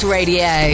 Radio